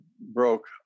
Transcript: broke